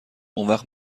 اونوقت